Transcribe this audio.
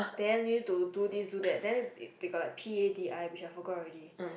then you need to do this do that then we got like P_A_D I I forgot already